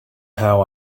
how